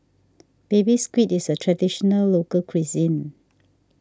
Baby Squid is a Traditional Local Cuisine